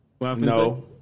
No